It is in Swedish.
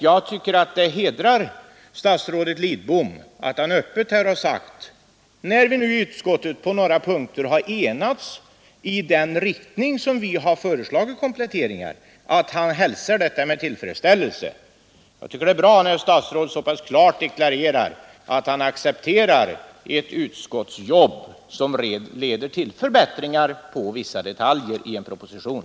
Jag tycker att det hedrar statsrådet Lidbom att han, när vi i utskottet på några punkter har enats i den riktning i vilken vi har föreslagit kompletteringar, öppet förklarar att han hälsar detta med tillfredsställelse. Det är bra när ett statsråd så pass klart deklarerar att han accepterar ett utskottsjobb som leder till förbättringar av vissa detaljer i en proposition.